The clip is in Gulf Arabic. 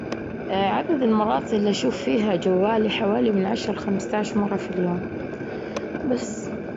عدد المرات اللي أشوف فيها جوالي حوالي من عشرة لخمستاش مرة في اليوم بس.